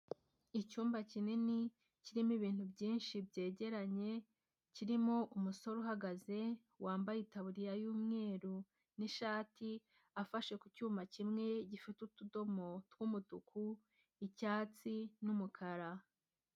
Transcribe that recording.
Icyumba kinini kirimo ibintu byinshi byegeranye, kirimo umusore uhagaze wambaye itaburiya y'umweru n'ishati, afashe ku cyuma kimwe gifite utudomo tw'umutuku, icyatsi n'umukara.